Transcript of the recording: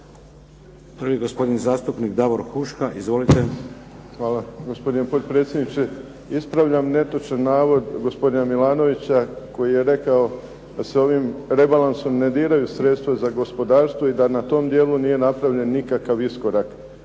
Prvi, gospodin zastupnik Davor Huška. Izvolite. **Huška, Davor (HDZ)** Hvala gospodine potpredsjedniče. Ispravljam netočan navod gospodina Milanovića koji je rekao da se ovim rebalansom ne diraju sredstva za gospodarstvo i da na tom dijelu nije napravljen nikakav iskorak.